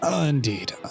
indeed